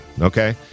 Okay